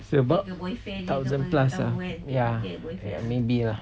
say about thousand plus ah ya maybe ah